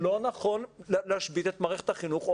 שלא נכון להשבית את מערכת החינוך או